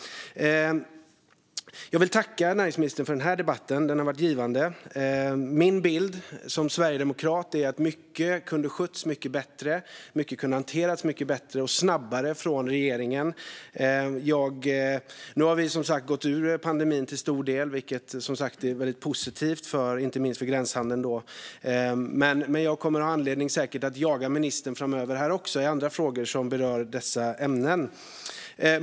Jag vill tacka näringsministern för den här debatten. Den har varit givande. Min bild som sverigedemokrat är att mycket kunde ha skötts mycket bättre. Mycket kunde ha hanterats mycket bättre och snabbare från regeringen. Nu har vi som sagt gått ur pandemin till stor del, vilket är väldigt positivt inte minst för gränshandeln, men jag kommer säkert att ha anledning att jaga ministern framöver i andra frågor som berör dessa ämnen.